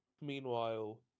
Meanwhile